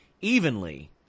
evenly